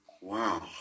Wow